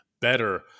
Better